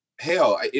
Hell